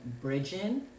bridging